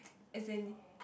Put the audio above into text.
as in